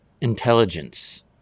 intelligence